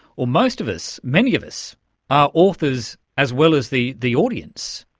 or most of us, many of us are authors as well as the the audience.